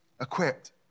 equipped